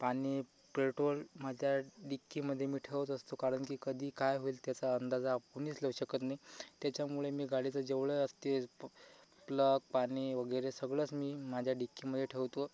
पाणी पेटोल माझ्या डिक्कीमध्ये मी ठेवत असतो कारण की कधी काय होईल त्याचा अंदाज आपणही लावू शकत नाही त्याच्यामुळे मी गाडीचं जेवळं असतेल प्लग पाने वगैरे सगळंच मी माझ्या डिक्कीमध्ये ठेवतो